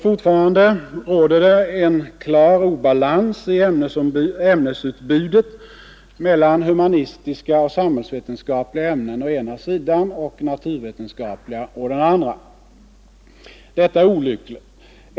Fortfarande råder det en klar obalans i ämnesutbudet mellan humanistiska och samhällsvetenskapliga ämnen å ena sidan och naturvetenskapliga å den andra. Detta är olyckligt.